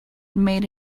made